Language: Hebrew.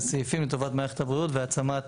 סעיפים לטובת מערכת הבריאות והעצמת